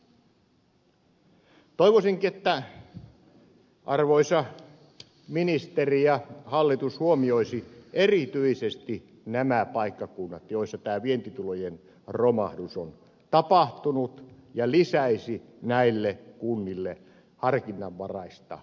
toivoisinkin että arvoisa ministeri ja hallitus huomioisivat erityisesti nämä paikkakunnat joilla tämä vientitulojen romahdus on tapahtunut ja lisäisi näille kunnille harkinnanvaraista avustusta